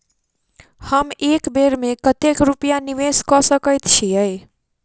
हम एक बेर मे कतेक रूपया निवेश कऽ सकैत छीयै?